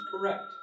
correct